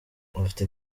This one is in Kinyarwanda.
afite